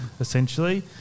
essentially